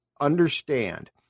understand